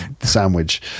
sandwich